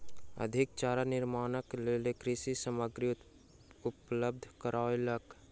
अधिक चारा निर्माणक लेल कृषक सामग्री उपलब्ध करौलक